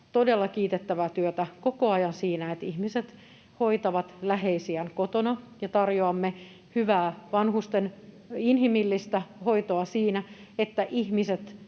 todella kiitettävää työtä koko ajan siinä, että ihmiset hoitavat läheisiään kotona, ja tarjoamme vanhusten hyvää, inhimillistä hoitoa siinä, että ihmiset